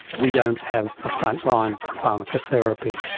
we don't have a frontline pharmacotherapy.